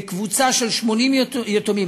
לקבוצה של 80 יתומים,